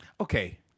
Okay